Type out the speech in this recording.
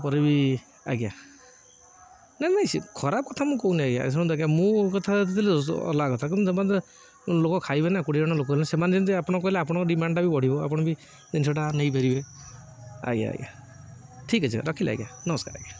ତା'ପରେ ବି ଆଜ୍ଞା ନାଇଁ ନାଇଁ ଖରାପ କଥା ମୁଁ କହୁନି ଆଜ୍ଞା ଶୁଣନ୍ତୁ ଆଜ୍ଞା ମୁଁ କଥା ଯେଲେ ଅଲଗା କଥା କିନ୍ତୁ ଯେପର୍ଯ୍ୟନ୍ତ ଲୋକ ଖାଇବେ ନା କୋଡ଼ିଏ ଜଣ ଲୋକ ହେଲେ ସେମାନେ ଯେମିତି ଆପଣ କହିଲେ ଆପଣଙ୍କ ଡିମାଣ୍ଡଟା ବି ବଢ଼ିବ ଆପଣ ବି ଜିନିଷଟା ନେଇପାରିବେ ଆଜ୍ଞା ଆଜ୍ଞା ଠିକ୍ ଅଛି ରଖିଲି ଆଜ୍ଞା ନମସ୍କାର ଆଜ୍ଞା